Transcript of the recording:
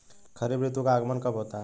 खरीफ ऋतु का आगमन कब होता है?